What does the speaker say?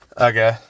okay